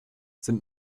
sind